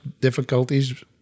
difficulties